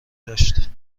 داشت